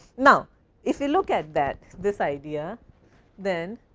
now if we look at that this idea then